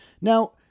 Now